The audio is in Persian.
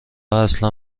اصلا